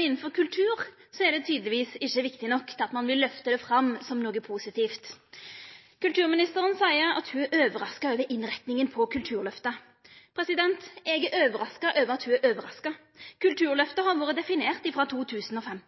innanfor kultur er det tydelegvis ikkje viktig nok til at ein vil løfta det fram som noko positivt. Kulturministeren seier at ho er overraska over innretninga på Kulturløftet. Eg er overraska over at ho er overraska. Kulturløftet har vore definert frå 2005.